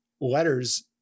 letters